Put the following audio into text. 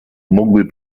mógłby